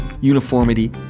uniformity